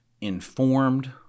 informed